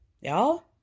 y'all